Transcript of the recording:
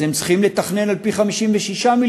אז הם צריכים לתכנן על-פי 56 מיליארד,